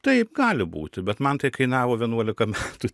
taip gali būti bet man tai kainavo vienuolika metų